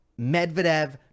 Medvedev